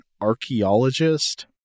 archaeologist